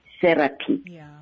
therapy